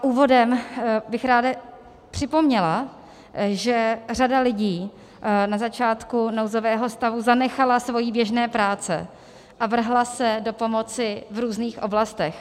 Úvodem bych ráda připomněla, že řada lidí na začátku nouzového stavu zanechala své běžné práce a vrhla se do pomoci v různých oblastech.